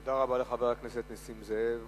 תודה רבה לחבר הכנסת נסים זאב.